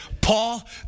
Paul